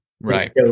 Right